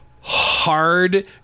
hard